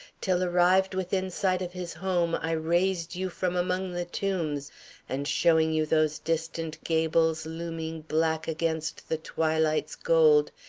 till arrived within sight of his home, i raised you from among the tombs and, showing you those distant gables looming black against the twilight's gold,